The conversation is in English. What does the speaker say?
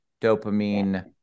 dopamine